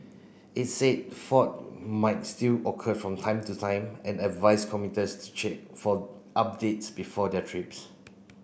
it said fault might still occur from time to time and advised commuters to check for updates before their trips